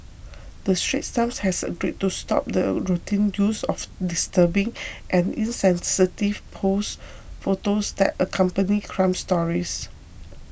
the Straits Times has agreed to stop the routine use of disturbing and insensitive pose photos that accompany crime stories